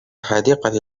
الحديقة